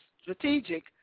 strategic